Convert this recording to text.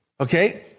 okay